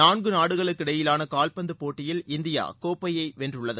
நான்கு நாடுகளுக்கிடையிலான கால்பந்து போட்டியில் இந்தியா கோப்பையை வென்றுள்ளது